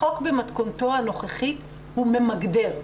החוק במתכונתו הנוכחית הוא ממגדר.